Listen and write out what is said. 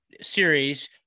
series